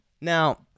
Now